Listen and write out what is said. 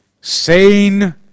sane